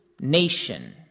nation